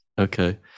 Okay